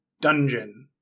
Dungeon